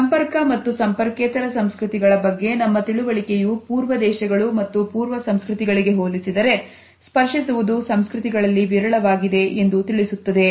ಸಂಪರ್ಕ ಮತ್ತು ಸಂಪರ್ಕೆತರ ಸಂಸ್ಕೃತಿಗಳ ಬಗ್ಗೆ ನಮ್ಮ ತಿಳುವಳಿಕೆಯು ಪೂರ್ವ ದೇಶಗಳು ಮತ್ತು ಪೂರ್ವ ಸಂಸ್ಕೃತಿಗಳಿಗೆ ಹೋಲಿಸಿದರೆ ಸ್ಪರ್ಶಿಸುವುದು ಸಂಸ್ಕೃತಿಗಳಲ್ಲಿ ವಿರಳವಾಗಿದೆ ಎಂದು ತಿಳಿಸುತ್ತದೆ